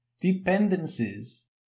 dependencies